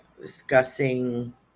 Discussing